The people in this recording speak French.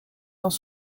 dans